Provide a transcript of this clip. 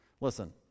Listen